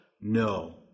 No